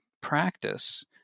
practice